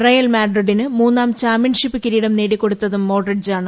real മാഡ്രിഡിന് മൂന്നാം championship കിരീടം നേടികൊടുത്തും മോഡ്രിച്ചാണ്